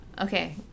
okay